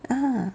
ah